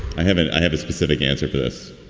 i haven't. i have a specific answer for this